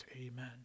Amen